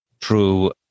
true